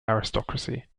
aristocracy